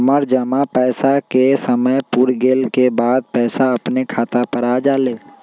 हमर जमा पैसा के समय पुर गेल के बाद पैसा अपने खाता पर आ जाले?